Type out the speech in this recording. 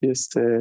Este